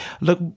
Look